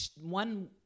one